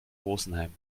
rosenheim